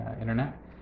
internet